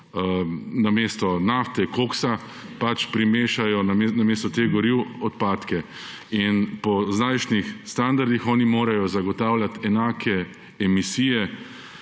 namesto nafte, koksa, primešajo namesto teh goriv odpadke. Po zdajšnjih standardih oni morajo zagotavljati enake emisije,